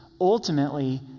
Ultimately